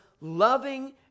loving